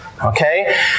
Okay